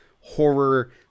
horror